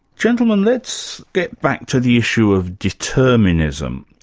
gentlemen, let's get back to the issue of determinism.